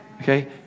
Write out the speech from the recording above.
Okay